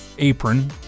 apron